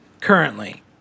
currently